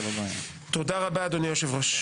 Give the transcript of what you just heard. תודה רבה אדוני היושב-ראש.